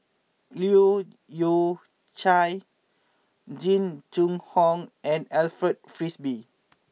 Leu Yew Chye Jing Jun Hong and Alfred Frisby